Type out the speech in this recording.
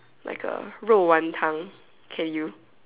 like a 肉丸汤 can you